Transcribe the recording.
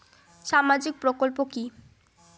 সামাজিক প্রকল্প কি?